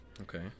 Okay